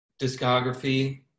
discography